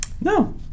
No